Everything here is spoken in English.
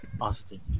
Austin